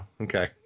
okay